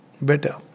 better